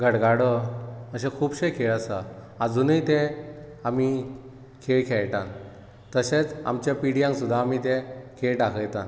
गडगाडो अशें खूबशे खेळ आसात आजुनीय ते आमीं खेळ खेळटात तशेंच आमचे पिडीयान सुद्दां आमी ते खेळ दाखयतात